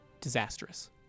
disastrous